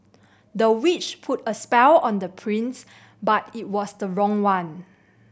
the witch put a spell on the prince but it was the wrong one